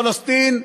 פלסטין,